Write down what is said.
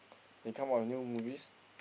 they come out with new movies